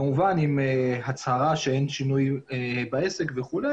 כמובן עם הצהרה שאין שינוי בעסק וכו'